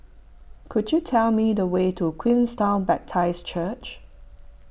could you tell me the way to Queenstown Baptist Church